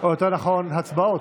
או יותר נכון הצבעות.